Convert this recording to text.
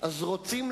ארבע קריאות, אז יעשו